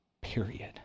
Period